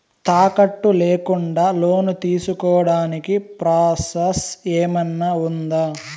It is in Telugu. తాకట్టు లేకుండా లోను తీసుకోడానికి ప్రాసెస్ ఏమన్నా ఉందా?